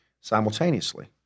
simultaneously